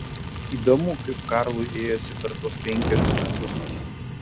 įdomu kaip karlui ėjosi per tuos penkerius metus